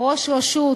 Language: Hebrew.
ראש רשות,